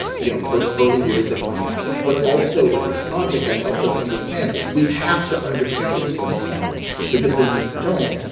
you know, first early years of my life. but also it's a project that helps us understand we have to understand what's going on because when we don't,